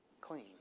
clean